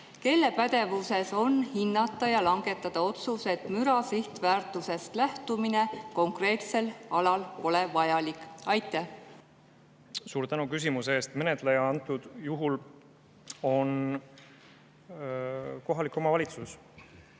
Kelle pädevuses on hinnata ja langetada otsus, et müra sihtväärtusest lähtumine konkreetsel alal pole vajalik? Suur tänu küsimuse eest! Menetleja antud juhul on kohalik omavalitsus,